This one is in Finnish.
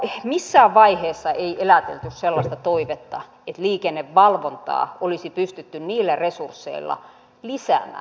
no missään vaiheessa ei elätelty sellaista toivetta että liikennevalvontaa olisi pystytty niillä resursseilla lisäämään